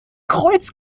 kreuz